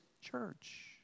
church